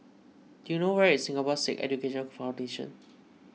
do you know where is Singapore Sikh Education Foundation